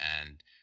and-